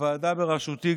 הוועדה בראשותי,